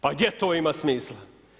Pa gdje to ima smisla?